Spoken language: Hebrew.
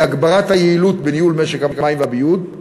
הגברת היעילות בניהול משק המים והביוב,